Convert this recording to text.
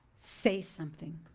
say something.